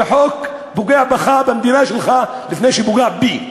זה חוק שפוגע בך, במדינה שלך, לפני שהוא פוגע בי.